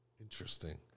Interesting